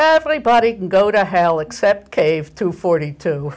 everybody can go to hell except cave to forty